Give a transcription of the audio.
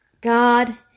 God